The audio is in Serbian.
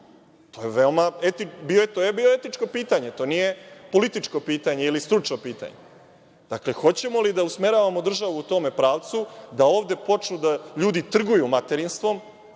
To je bioetičko pitanje, to nije političko pitanje ili stručno pitanje. Dakle, hoćemo li da usmeravamo državu u tom pravcu da ovde počnu ljudi da trguju materinstvom,